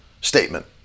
statement